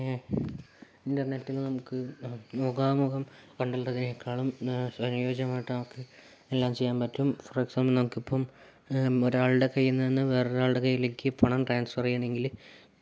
പിന്നെ ഇൻ്റെർനെറ്റിൽ നമുക്ക് മുഖാ മുഖം തമ്മിൽ തമ്മിൽ കാണും അനുയോജ്യമായിട്ട് നമുക്ക് എല്ലാം ചെയ്യാൻ പറ്റും ഫ്രഷാണെങ്കിൽ നമുക്കിപ്പം ഒരാളുടെ കൈയിൽ നിന്നും വേറൊരാളുടെ കൈയിലേക്ക് പണം ട്രാൻസ്ഫർ ചെയ്യണങ്കില്